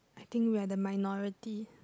I think we are the minority